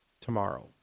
tomorrow